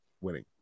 winning